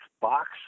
box